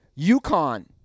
UConn